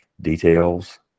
details